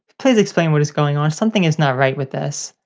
please explain what is going on? something is not right with this.